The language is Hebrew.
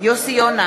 יוסי יונה,